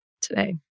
today